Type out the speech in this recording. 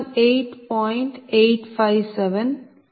029 7